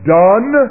done